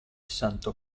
santo